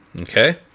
Okay